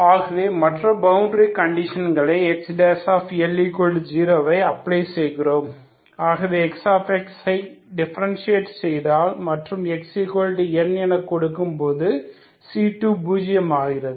ஆகவே மற்ற பவுண்டரி கண்டிஷன்களை XL0அப்ளை செய்கிறோம் ஆகவே X ஐ டிபரன்ஷியேட் செய்தால் மற்றும் xL என கொடுக்கும் போது c2 பூஜியமாகிறது